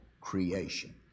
creation